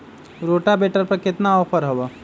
Rotavator पर केतना offer हव?